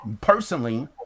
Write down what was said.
personally